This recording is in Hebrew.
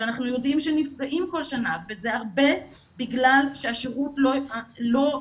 שאנחנו יודעים שנפגעים כל שנה וזה הרבה בגלל שהשירות לא נגיש